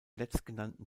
letztgenannten